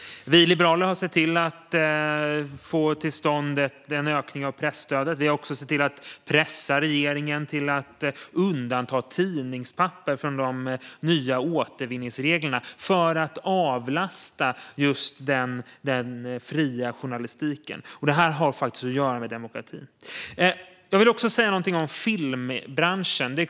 Vi liberaler har sett till att få till stånd en ökning av presstödet. Vi har också pressat regeringen till att undanta tidningspapper från de nya återvinningsreglerna för att avlasta just den fria journalistiken. Detta har faktiskt att göra med demokratin. Jag vill också säga någonting om filmbranschen.